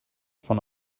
von